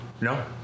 No